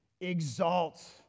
Exalt